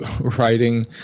writing